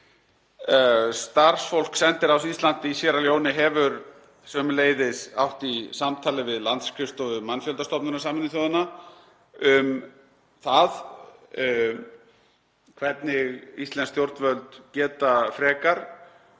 Starfsfólk sendiráðs Íslands í Síerra Leóne hefur sömuleiðis átt í samtali við landsskrifstofu Mannfjöldastofnunar Sameinuðu þjóðanna um það hvernig íslensk stjórnvöld geta frekar